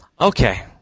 Okay